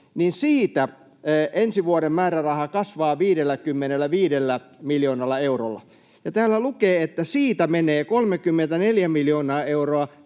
niin siitä ensi vuoden määräraha kasvaa 55 miljoonalla eurolla, ja täällä lukee, että siitä menee 34 miljoonaa euroa